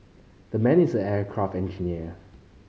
the man is an aircraft engineer